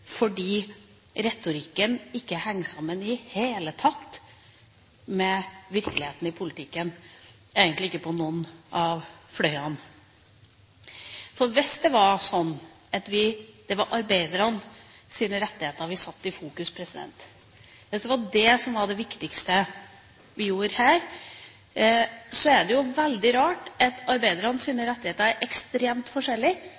fordi retorikken ikke henger sammen med virkeligheten i politikken i det hele tatt, egentlig ikke på noen av fløyene. Hvis det var slik at det var arbeidernes rettigheter vi satte i fokus, hvis det var det som var det viktigste vi gjorde her, er det veldig rart at